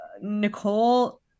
Nicole